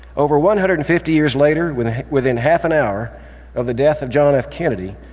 over one hundred and fifty years later, within within half an hour of the death of john f. kennedy,